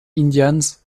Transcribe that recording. indians